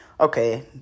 okay